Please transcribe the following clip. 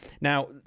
now